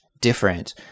different